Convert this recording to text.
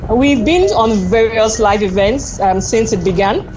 ah we've been on various live events since it began.